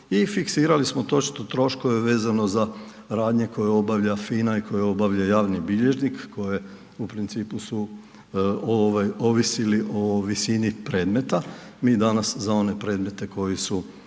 i fiksirali smo točno troškove vezano za radnje koje obavlja FINA i koje obavlja javni bilježnik koje u principu su ovaj ovisili o visini predmeta. Mi danas za one predmete koji su